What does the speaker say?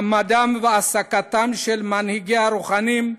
מעמדם והעסקתם של מנהיגיה הרוחניים,